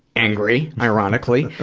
angry, ironically,